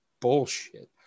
bullshit